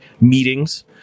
meetings